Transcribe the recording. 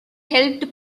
helped